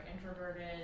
introverted